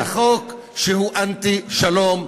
זה חוק שהוא אנטי-שלום,